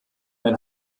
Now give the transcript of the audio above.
ein